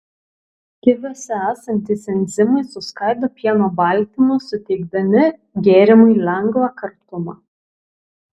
kiviuose esantys enzimai suskaido pieno baltymus suteikdami gėrimui lengvą kartumą